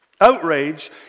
Outrage